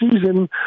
season